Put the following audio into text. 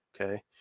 okay